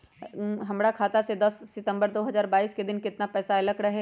हमरा खाता में दस सितंबर दो हजार बाईस के दिन केतना पैसा अयलक रहे?